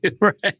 Right